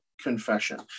confession